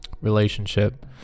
relationship